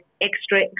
extra